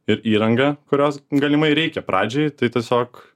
ir įrangą kurios galimai reikia pradžiai tai tiesiog